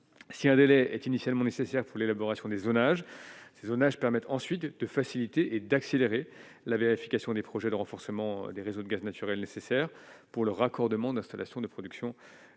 si un délai est initialement nécessaires pour l'élaboration des zonages ces zonages permet ensuite de faciliter et d'accélérer la vérification des projets de renforcement des réseaux de gaz naturel nécessaire pour le raccordement d'installations de production de